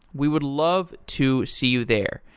we would love to see you there.